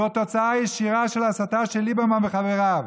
זו תוצאה ישירה של הסתה של ליברמן וחבריו.